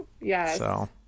Yes